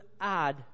add